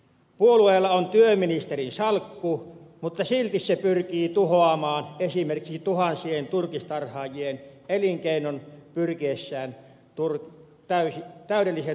puolueella on työministerin salkku mutta silti se pyrkii tuhoamaan esimerkiksi tuhansien turkistarhaajien elinkeinon pyrkiessään täydelliseen turkistarhauskieltoon